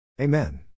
Amen